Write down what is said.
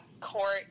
court